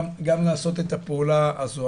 גם לעשות את הפעולה הזו.